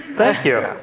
thank you,